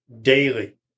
daily